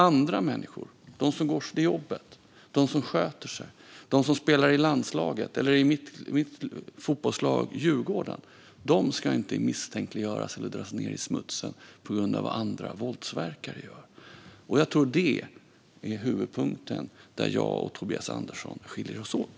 Andra människor - de som går till jobbet, sköter sig, spelar i landslaget eller i mitt favoritlag Djurgården - ska inte misstänkliggöras eller dras ned i smutsen på grund av vad våldsverkare gör. Det här, tror jag, är huvudpunkten där jag och Tobias Andersson skiljer oss åt.